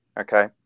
okay